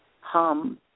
hum